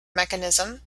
mechanism